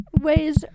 ways